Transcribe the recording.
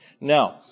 Now